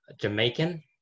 Jamaican